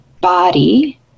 body